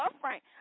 Frank